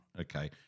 okay